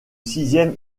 sixième